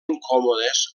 incòmodes